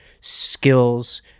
skills